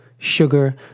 Sugar